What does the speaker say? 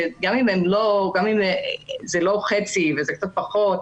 גם אם זה לא חצי וזה קצת פחות,